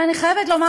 אבל אני חייבת לומר,